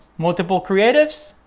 multiple creatives